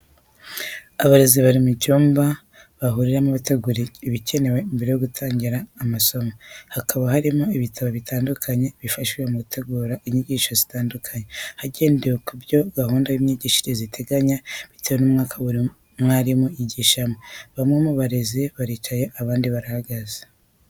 Abarezi bari mu cyumba bahuriramo bategura ibikenewe mbere yo gutanga amasomo, hakaba harimo ibitabo bitandukanye bifashisha mu gutegura inyigisho zitandukanye hagendewe ku byo gahunda y'imyigishirize iteganya bitewe n'umwaka buri mwarimu yigishamo, bamwe mu barezi baricaye abandi barahagaze.